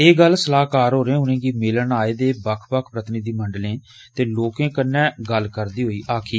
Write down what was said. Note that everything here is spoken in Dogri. एह् गल्ल सलाहकार होरें उनेंगी मिलने आस्तै आए दे बक्ख बक्ख प्रतिनिधिमंडलें ते लोकें कन्नै मलाटी करदे होई आक्खी